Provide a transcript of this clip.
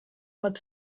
bat